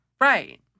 Right